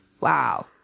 wow